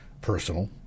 personal